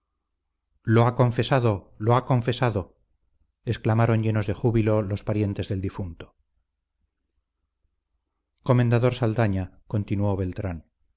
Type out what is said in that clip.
lo ha confesado lo ha confesado exclamaron llenos de júbilo los parientes del difunto comendador saldaña continuó beltrán